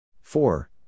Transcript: Four